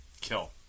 Kill